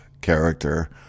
character